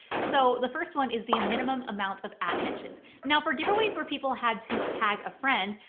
so the first one is the minimum amount of ad mentions. now for giveaways where people had to tag a friend,